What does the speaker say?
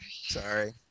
Sorry